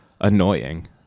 annoying